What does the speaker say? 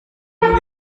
umwe